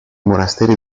monasteri